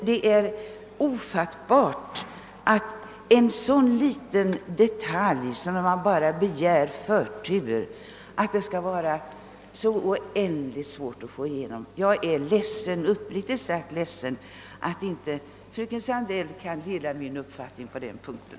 Det är ofattbart att en sådan liten fråga som den nu begärda förturen skall vara så oändligt svår att få igenom. Jag är, uppriktigt sagt, ledsen över att fröken Sandell inte kan dela min uppfattning på den punkten.